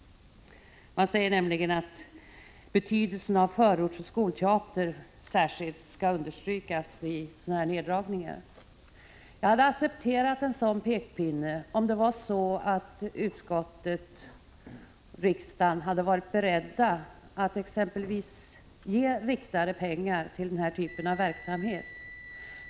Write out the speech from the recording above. Utskottet säger nämligen att betydelsen av förortsoch skolteater särskilt skall understrykas vid neddragningar. Jag hade accepterat en sådan pekpinne, om riksdagen hade varit beredd att exempelvis ge riktade pengar till förortsoch skolteater.